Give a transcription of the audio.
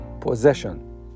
possession